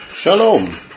Shalom